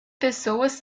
pessoas